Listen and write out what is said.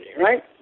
right